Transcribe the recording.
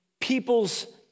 people's